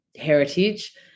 heritage